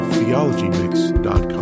TheologyMix.com